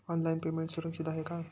Online payment सुरक्षित आहे का?